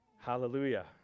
Hallelujah